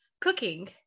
cooking